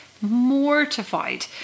mortified